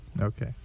Okay